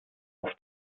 auf